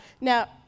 Now